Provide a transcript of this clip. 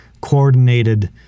coordinated